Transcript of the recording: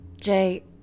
Jay